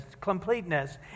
completeness